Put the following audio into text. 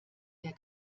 der